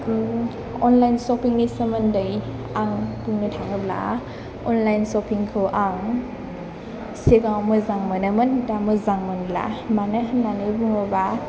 online shopping नि सोमोन्दै आं बुंनो थाङोब्ला अनलाइन सपिं खौ आं सिगाङाव मोजां मोनोमोन दा मोजां मोनला मानो होन्नानै बुङोबा